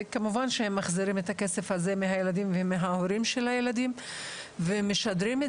כמובן שהם מחזירים את הכסף הזה מהילדים ומההורים של הילדים ומשדרים את